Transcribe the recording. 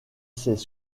ses